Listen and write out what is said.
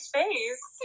face